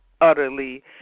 utterly